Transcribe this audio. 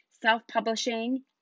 self-publishing